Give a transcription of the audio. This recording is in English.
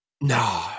No